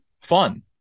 fun